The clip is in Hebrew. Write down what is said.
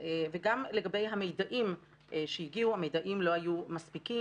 וגם לגבי המידע שהגיע המידע לא היה מספיק,